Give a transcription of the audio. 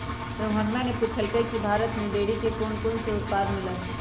रोहणवा ने पूछल कई की भारत में डेयरी के कौनकौन से उत्पाद मिला हई?